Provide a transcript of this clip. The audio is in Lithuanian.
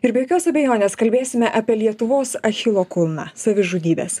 ir be jokios abejonės kalbėsime apie lietuvos achilo kulną savižudybes